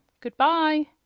Goodbye